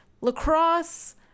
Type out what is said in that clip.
lacrosse